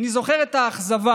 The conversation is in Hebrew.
אני זוכר את האכזבה